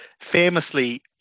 famously